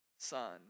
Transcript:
son